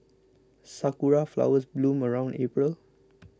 sakura flowers bloom around April